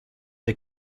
the